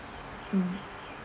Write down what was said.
mm